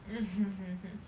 mmhmm hmm hmm